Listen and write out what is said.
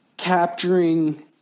Capturing